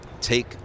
take